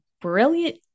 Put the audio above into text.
brilliant